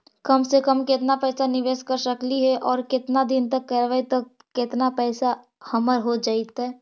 कम से कम केतना पैसा निबेस कर सकली हे और केतना दिन तक करबै तब केतना पैसा हमर हो जइतै?